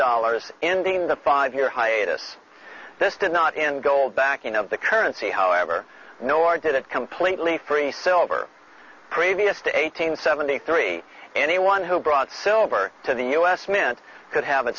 dollars ending the five year hiatus this did not in gold backing of the currency however no i did it completely free silver previous to eighteen seventy three anyone who brought silver to the u s mint could have